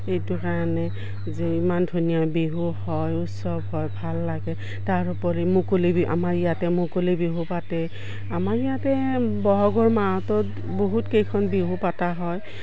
এইটো কাৰণে যে ইমান ধুনীয়া বিহু হয় উৎসৱ হয় ভাল লাগে তাৰোপৰি মুকলি বিহু আমাৰ ইয়াতে মুকলি বিহু পাতে আমাৰ ইয়াতে বহাগৰ মাহটোত বহুত কেইখন বিহু পাতা হয়